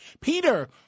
Peter